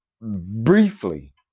briefly